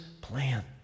plan